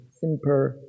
simple